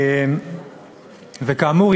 כאמור,